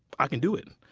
i can do it.